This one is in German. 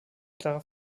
klarer